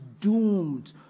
doomed